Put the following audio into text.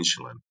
insulin